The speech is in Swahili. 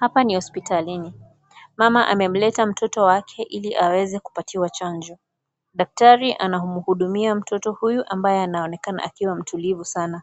Hapa ni hospitalini. Mama amemleta mtoto wake ili aweze kupatiwa chanjo. Daktari anamhudumia mtoto huyu ambaye anaonekana akiwa mtulivu sana.